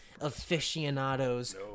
aficionados